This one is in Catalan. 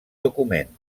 document